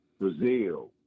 Brazil